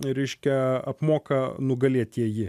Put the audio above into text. reiškia apmoka nugalėtieji